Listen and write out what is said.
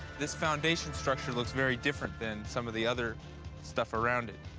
this foundation structure looks very different than some of the other stuff around it.